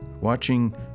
Watching